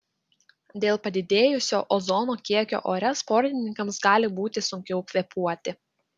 dėl padidėjusio ozono kiekio ore sportininkams gali būti sunkiau kvėpuoti